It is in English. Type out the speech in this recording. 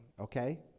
okay